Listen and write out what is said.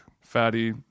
fatty